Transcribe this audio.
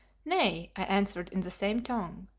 nay, i answered in the same tongue,